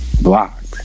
blocked